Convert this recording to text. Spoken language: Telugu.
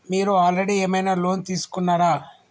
మీరు ఆల్రెడీ ఏమైనా లోన్ తీసుకున్నారా?